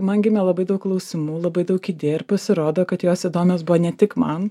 man gimė labai daug klausimų labai daug ir pasirodo kad jos įdomios buvo ne tik man